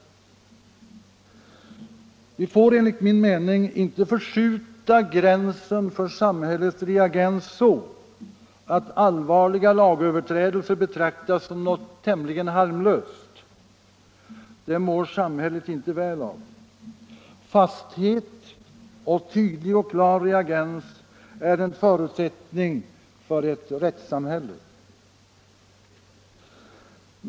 13 Vi får enligt min mening inte förskjuta gränsen för samhällets reagens så att allvarliga lagöverträdelser betraktas som något tämligen harmlöst. Det mår samhället inte väl av. Fasthet samt tydlig och klar reagens är en förutsättning för ett rättssamhälle.